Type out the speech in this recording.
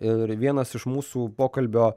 ir vienas iš mūsų pokalbio